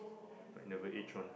like never age one